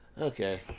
Okay